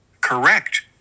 Correct